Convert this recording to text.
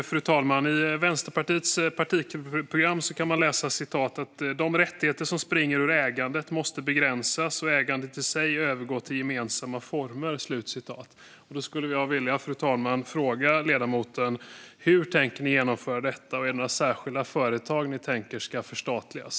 Fru talman! I Vänsterpartiets partiprogram kan man läsa detta: "De rättigheter som springer ur ägandet måste begränsas och ägandet i sig övergå till gemensamma former." Då skulle jag vilja, fru talman, fråga ledamoten: Hur tänker ni genomföra detta, och är det några särskilda företag ni tänker er ska förstatligas?